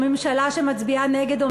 או ממשלה שמצביעה נגד,